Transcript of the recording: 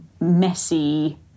messy